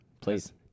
Please